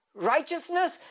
Righteousness